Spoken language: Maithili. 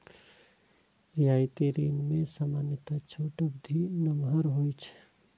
रियायती ऋण मे सामान्यतः छूट अवधि नमहर होइ छै